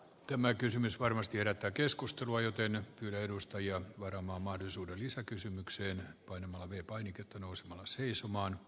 tämä kysymys varmasti herättää keskustelua joten yhden edustajan varaama mahdollisuuden lisäkysymyksellä kuin malawi painiketta nousemalla seisomaan